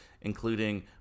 including